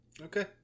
Okay